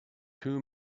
two